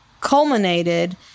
culminated